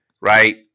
right